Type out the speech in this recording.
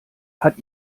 hat